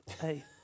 hey